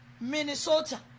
Minnesota